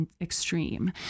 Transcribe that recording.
extreme